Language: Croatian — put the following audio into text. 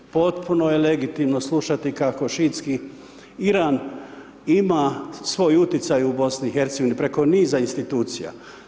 Potpuno je legitimno slušati kako ... Iran ima svoj utjecaj u BiH preko niza institucija.